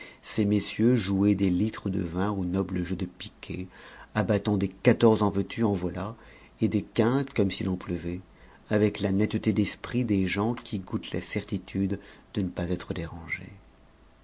ces messieurs jouaient des litres de vin au noble jeu de piquet abattant des quatorze en veux-tu en voilà et des quintes comme s'il en pleuvait avec la netteté d'esprit de gens qui goûtent la certitude de ne pas être dérangés